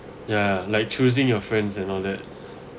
ya like choosing your friends and all that